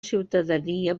ciutadania